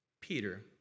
Peter